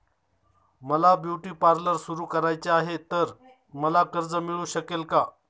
मला beauty parlour सुरू करायचे आहे तर मला कर्ज मिळू शकेल का?